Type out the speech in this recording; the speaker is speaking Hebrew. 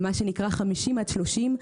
מה שנקרא 50 עד 30,